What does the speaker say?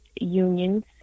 unions